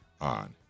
on